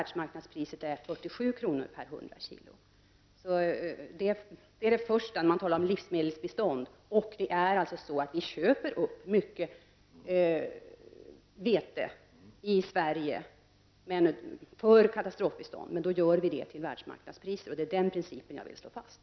Detta är vad man först måste beakta när man talar om livsmedelsbistånd. Vi köper upp mycket vete i Sverige för katastrofbiståndsändamål, men det köper vi till världsmarknadspriser. Denna princip vill jag slå fast.